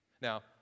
Now